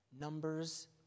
numbers